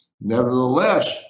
Nevertheless